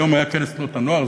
היום היה כנס תנועות הנוער,